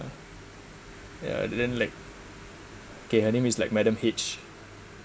uh yeah then like okay her name is like madam H